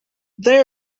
they